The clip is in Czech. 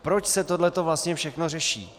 Proč se tohle vlastně všechno řeší?